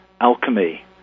alchemy